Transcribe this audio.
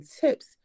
tips